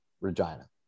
Regina